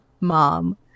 mom